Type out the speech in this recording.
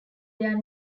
their